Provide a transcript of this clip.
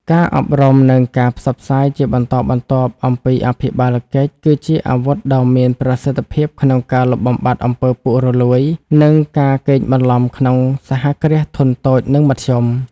ការអប់រំ និងការផ្សព្វផ្សាយជាបន្តបន្ទាប់អំពីអភិបាលកិច្ច គឺជាអាវុធដ៏មានប្រសិទ្ធភាពក្នុងការលុបបំបាត់អំពើពុករលួយ និងការកេងបន្លំក្នុង សហគ្រាសធុនតូច និងមធ្យម។